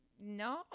no